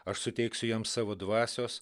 aš suteiksiu jam savo dvasios